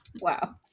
Wow